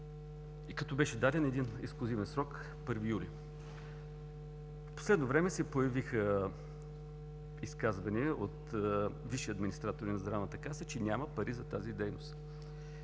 като беше даден един ексклузивен срок 1 юли. В последно време се появиха изказвания от висши администратори на Здравната каса, че няма пари за тази дейност.